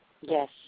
Yes